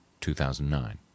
2009